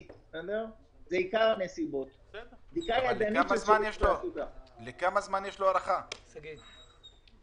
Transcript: במרץ 2020 ועד למועד שבו קבעה המדינה כי העסק רשאי לחזור לפעול (להלן,